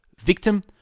Victim